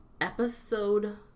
Episode